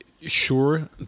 sure